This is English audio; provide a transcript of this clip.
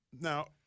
Now –